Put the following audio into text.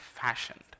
fashioned